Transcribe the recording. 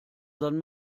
san